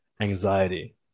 anxiety